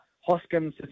Hoskins